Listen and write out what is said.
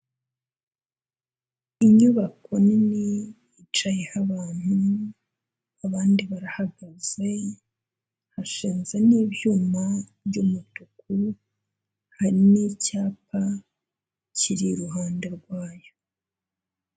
Inyubako nini, hicayeho abantu abandi barahagaze, hashinze n'ibyuma by'umutuku, hari n'icyapa kiri iruhande rwayo.